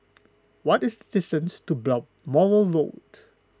what is distance to Balmoral Road